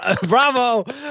Bravo